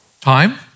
Time